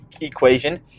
equation